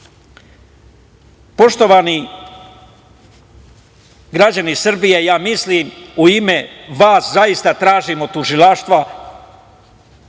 nabrajam. Poštovani građani Srbije, ja mislim u ime vas, zaista tražim od tužilaštva